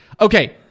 Okay